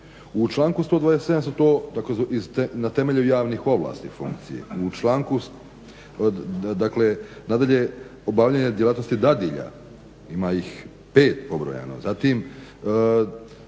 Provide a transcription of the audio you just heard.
U članku 127. su to na temelju javnih ovlasti funkcije, u članku, dakle nadalje obavljanja djelatnosti dadilja, ima ih pet pobrojano, zatim